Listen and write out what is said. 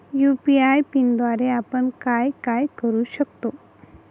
UPI पिनद्वारे आपण काय काय करु शकतो?